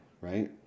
Right